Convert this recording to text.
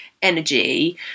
energy